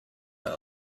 are